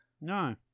No